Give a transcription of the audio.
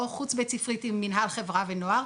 או חוץ בית ספרית עם מינהל חברה ונוער.